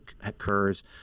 occurs